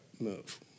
move